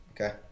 Okay